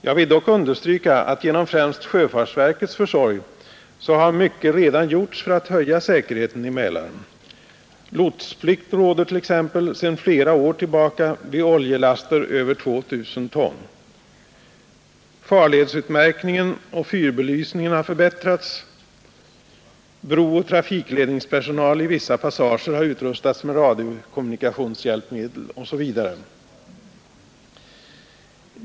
Jag vill dock understryka att genom främst sjöfartsverkets försorg har mycket redan gjorts för att höja säkerheten i Mälaren. Lotsplikt råder t.ex. sedan flera år tillbaka vid oljelaster över 2 000 ton. Farledsutmärkningen och fyrbelysningen har förbättrats, brooch trafikledningspersonal i vissa passager har utrustats med radiokommunikationshjälpmedel osv.